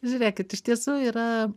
žiūrėkit iš tiesų yra